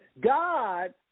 God